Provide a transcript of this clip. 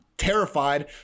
terrified